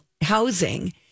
housing